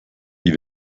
wie